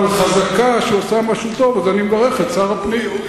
אבל חזקה שהוא עשה משהו טוב ואני מברך את שר הפנים.